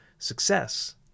success